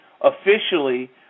officially